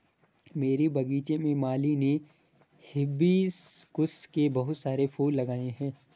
मेरे बगीचे में माली ने हिबिस्कुस के बहुत सारे फूल लगाए हैं